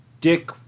Dick